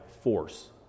force